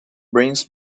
brings